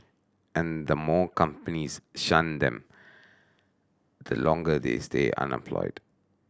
and the more companies shun them the longer they stay unemployed